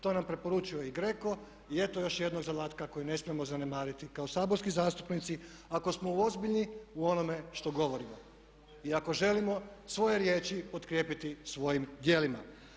To nam preporučuje i GRECO i eto još jednog zadatka koji ne smijemo zanemariti kao saborski zastupnici ako smo ozbiljni u onome što govorimo i ako želimo svoje riječi potkrijepiti svojim djelima.